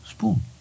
Spoon